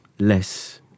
Less